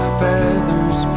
feathers